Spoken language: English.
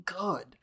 good